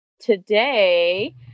Today